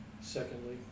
Secondly